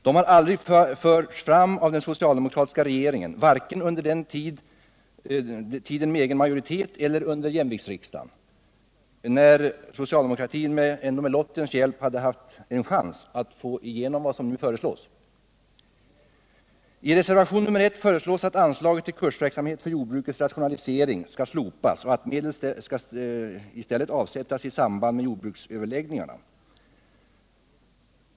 De har aldrig förts fram av den socialdemokratiska regeringen, varken under den tid socialdemokratin hade egen majoritet eller under jämviktsriksdagen, då socialdemokratin ändå med lottens hjälp hade haft en chans att genomföra vad som nu föreslås. I reservationen 1 föreslås att anslaget till kursverksamhet för jordbrukets rationalisering skall slopas och att medel i stället skall avsättas i samband med jordbruksöverläggningarna.